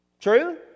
True